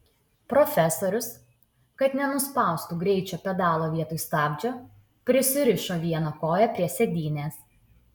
profesorius kad nenuspaustų greičio pedalo vietoj stabdžio prisirišo vieną koją prie sėdynės